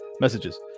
messages